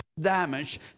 damage